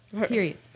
Period